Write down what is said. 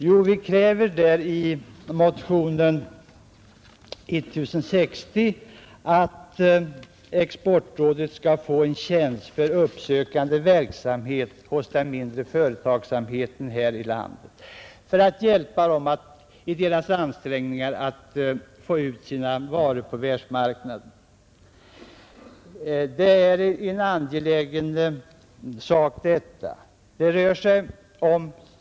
Jo, vi kräver i motionen 1060 att exportrådet skall få en tjänst för uppsökande verksamhet hos den mindre företagsamheten här i landet för att hjälpa den i dess ansträngningar att få ut sina varor på världsmarknaden. Detta är angeläget.